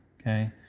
Okay